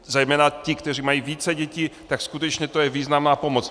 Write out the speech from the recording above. Zejména ti, kteří mají více dětí, tak skutečně to je významná pomoc.